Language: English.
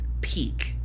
peak